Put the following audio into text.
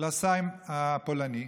לסיים הפולני,